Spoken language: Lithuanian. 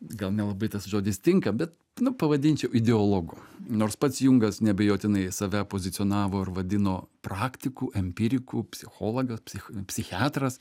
gal nelabai tas žodis tinka bet nu pavadinčiau ideologu nors pats jungas neabejotinai save pozicionavo ir vadino praktiku empiriku psichologas psich psichiatras